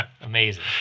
amazing